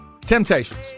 Temptations